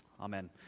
Amen